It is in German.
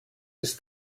ist